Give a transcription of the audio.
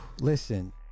Listen